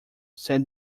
said